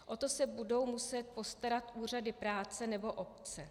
O to se budou muset postarat úřady práce nebo obce.